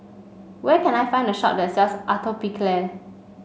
where can I find a shop that sells Atopiclair